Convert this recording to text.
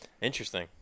Interesting